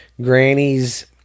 granny's